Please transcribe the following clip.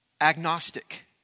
Agnostic